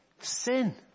sin